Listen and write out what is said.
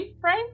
frame